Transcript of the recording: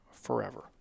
forever